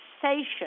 sensation